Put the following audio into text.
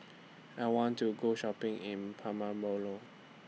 I want to Go Shopping in Paramaribo